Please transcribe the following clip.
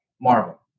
Marvel